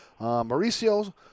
Mauricio